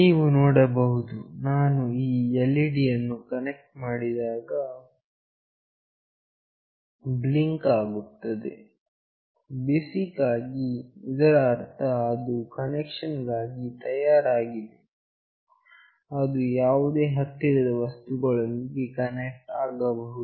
ನೀವು ನೋಡಬಹುದು ನಾನು ಈ LED ಯನ್ನು ಕನೆಕ್ಟ್ ಮಾಡಿದಾಗ ಬ್ಲಿಂಕ್ ಆಗುತ್ತದೆ ಬೇಸಿಕ್ ಆಗಿ ಇದರ ಅರ್ಥ ಅದು ಕನೆಕ್ಷನ್ ಗಾಗಿ ತಯಾರಾಗಿದೆ ಅದು ಯಾವುದೇ ಹತ್ತಿರದ ವಸ್ತುಗಳೊಂದಿಗೆ ಕನೆಕ್ಟ್ ಆಗಬಹುದು